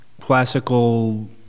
classical